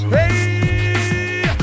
Hey